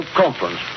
conference